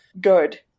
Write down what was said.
good